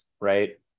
right